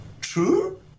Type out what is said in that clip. true